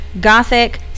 Gothic